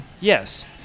Yes